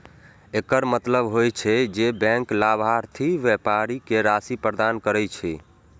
एकर मतलब होइ छै, जे बैंक लाभार्थी व्यापारी कें राशि प्रदान करै छै